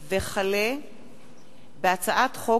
הצעת חוק